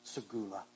Segula